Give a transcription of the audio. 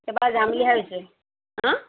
এইবাৰ যাম বুলি ভাবিছোঁ হা